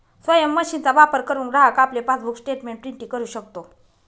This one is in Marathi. स्वयम मशीनचा वापर करुन ग्राहक आपले पासबुक स्टेटमेंट प्रिंटिंग करु शकतो